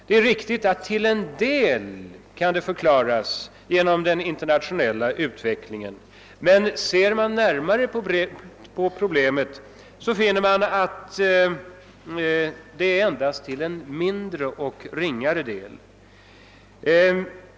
Det är riktigt att det till en del kan förklaras av den internationella utvecklingen, men ser man närmare på problemet finner man att det endast är till en mindre och ringare del.